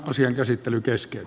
asian käsittely keski